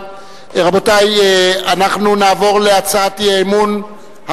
ותאמין לי,